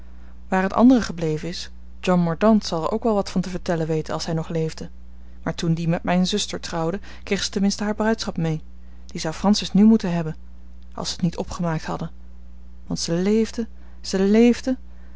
waar t andere gebleven is john mordaunt zou er ook wel wat van te vertellen weten als hij nog leefde maar toen die met mijne zuster trouwde kreeg ze ten minste haar bruidschat mee die zou francis nu moeten hebben als ze t niet opgemaakt hadden want ze leefden ze leefden